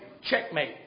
Checkmate